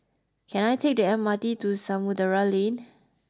can I take the M R T to Samudera Lane